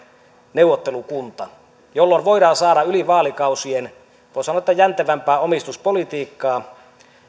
neuvottelukunta jolloin voidaan saada yli vaalikausien voi sanoa jäntevämpää omistuspolitiikkaa